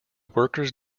workers